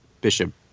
Bishop